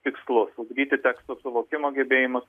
tikslus ugdyti teksto suvokimo gebėjimus